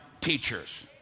teachers